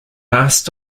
asked